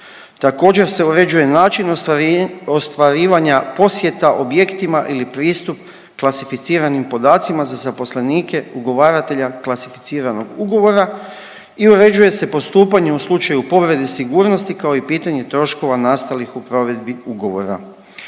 Također se uređuje način ostvarivanja posjeta objektima ili pristup klasificiranim podacima za zaposlenike ugovaratelja klasificiranog ugovora i uređuje se postupanje u slučaju povrede sigurnosti kao i pitanje troškova nastalih u provedbi ugovora.